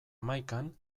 hamaikan